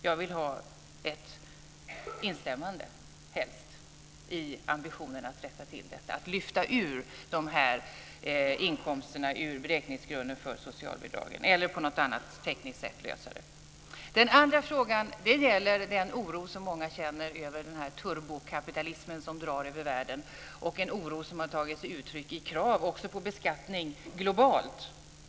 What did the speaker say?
Jag vill helst få ett instämmande i ambitionen att lyfta ut de här inkomsterna ur beräkningsgrunden för socialbidragen eller att det ska lösas på något annat tekniskt sätt. Den andra frågan gäller den oro som många känner över den turbokapitalism som drar över världen, en oro som bl.a. har tagit sig uttryck i krav på beskattning globalt.